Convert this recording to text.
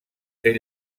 ser